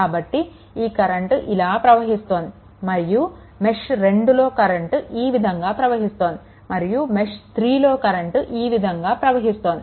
కాబట్టి ఈ కరెంట్ ఇలా ప్రవహిస్తోంది మరియు మెష్2 లో కరెంట్ ఈ విధంగా ప్రవహిస్తోంది మరియు మెష్3లో కరెంట్ ఈ విధంగా ప్రవహిస్తోంది